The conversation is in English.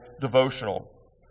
devotional